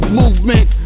movement